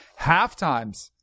Halftimes